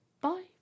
Bye